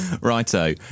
righto